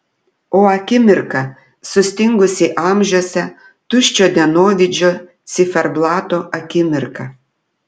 o akimirka sustingusi amžiuose tuščio dienovidžio ciferblato akimirka